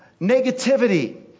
negativity